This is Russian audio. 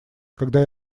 когда